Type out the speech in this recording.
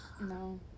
No